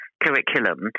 Curriculum